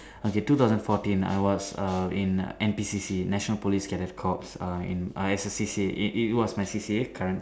okay two thousand fourteen I was err in N_P_C_C national police cadet corps err in as a C_C_A it it was my C_C_A currently